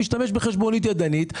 משתמש בחשבונית ידנית.